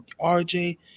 RJ